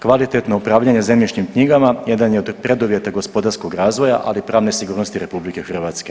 Kvalitetno upravljanje zemljišnim knjigama jedan je od preduvjeta gospodarskog razvoja, ali i pravne sigurnosti RH.